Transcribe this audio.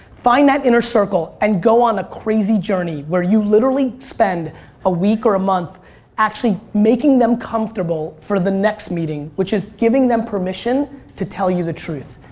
find that inner circle and go on a crazy journey where you literally spend a week or a month actually making them comfortable for the next meeting which is giving them permission to tell you the truth.